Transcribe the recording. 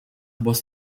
was